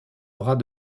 bras